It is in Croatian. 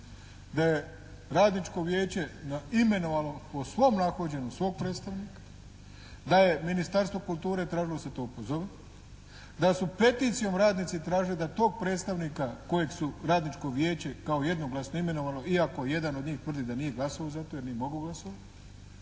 da je radničko vijeće imenovalo po svom nahođenju svog predstavnika, da je Ministarstvo kulture tražilo da se to opozove, da su peticijom radnici tražili da tog predstavnika kojeg su radničko vijeće kao jednoglasno imenovalo, iako jedan tvrdi da nije glasovao za to jer nije mogao glasovati